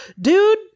Dude